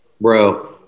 bro